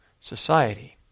society